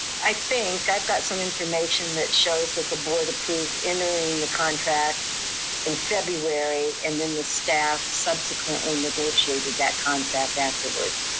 i think i've got some information that shows that the approved entering the contract in february, and then the staff subsequently negotiated that contract afterwards.